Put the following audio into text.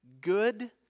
Good